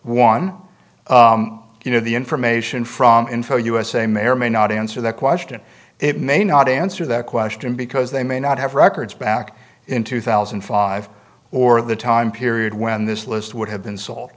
one you know the information from in for usa may or may not answer that question it may not answer that question because they may not have records back in two thousand and five or the time period when this list would have been solved